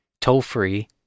toll-free